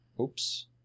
Oops